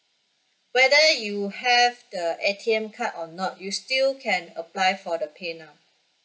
whether you have the A_T_M card or not you still can apply for the pay now